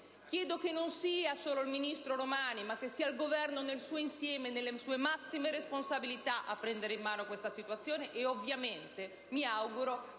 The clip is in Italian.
chiedo che non sia solo il ministro Romani, ma il Governo nel suo insieme, nelle sue massime responsabilità, a prendere in mano questa situazione. Ovviamente, io mi auguro che, intervenendo